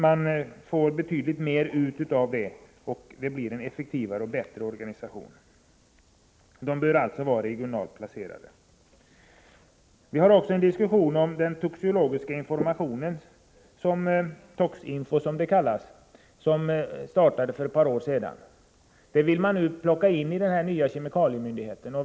Man får ut betydligt mer på detta sätt, och organisationen blir effektivare och bättre. Utskottet har också fört en diskussion om den toxikologiska informationen, Tox-Info, som startades för ett par år sedan. Den vill man nu plocka in i den nya kemikaliemyndigheten.